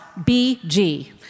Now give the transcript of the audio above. BG